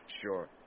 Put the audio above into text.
sure